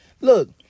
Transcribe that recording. Look